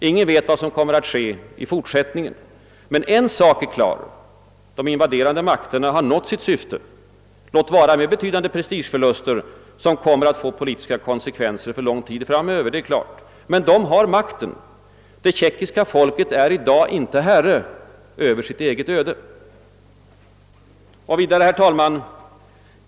Ingen vet vad som kommer att ske i fortsättningen. En sak är emellertid klar. De invaderande makterna har nått sitt syfte, låt vara med betydande prestigeförluster, som kommer att få politiska konsekvenser för lång tid framöver. Det är klart. Men de har makten. Det tjeckiska folket är i dag inte herre över sitt eget öde. Men vidare, herr talman!